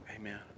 Amen